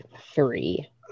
three